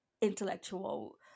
intellectual